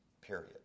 Period